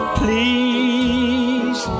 please